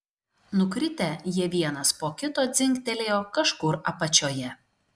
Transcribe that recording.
nukritę jie vienas po kito dzingtelėjo kažkur apačioje